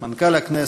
הכנסת, מנכ"ל הכנסת,